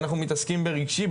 אנחנו מתעסקים ברגשי,